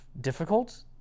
difficult